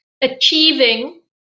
achieving